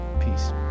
Peace